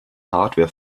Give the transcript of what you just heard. hardware